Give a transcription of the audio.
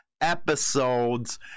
episodes